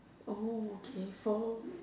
oh okay for